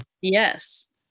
Yes